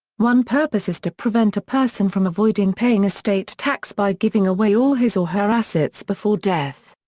one purpose is to prevent a person from avoiding paying estate tax by giving away all his or her assets before death.